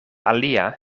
alia